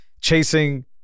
chasing